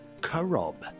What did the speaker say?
korob